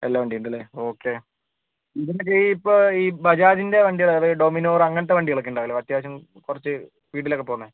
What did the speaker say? എല്ലാ വണ്ടിയും ഉണ്ട് അല്ലേ ഓക്കേ ഇതിൻ്റെ ഈ ഇപ്പോൾ ഈ ബജാജിൻ്റെ വണ്ടികൾ അതായത് ഡോമിനോർ അങ്ങനത്തെ വണ്ടികളൊക്കെ ഉണ്ടാവില്ലേ അത്യാവശ്യം കുറച്ച് സ്പീഡിലൊക്കെ പോകുന്നത്